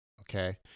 okay